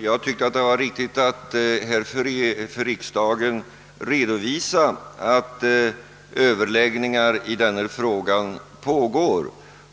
Herr talman! Jag har ansett det riktigt att för riksdagen redovisa att överläggningar pågår i denna fråga